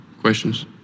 Questions